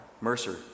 Mercer